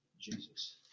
Jesus